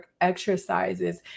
exercises